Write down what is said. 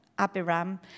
Abiram